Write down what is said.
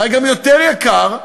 הרי גם יותר יקר,